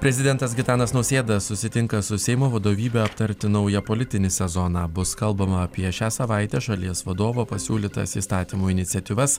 prezidentas gitanas nausėda susitinka su seimo vadovybe aptarti naują politinį sezoną bus kalbama apie šią savaitę šalies vadovo pasiūlytas įstatymo iniciatyvas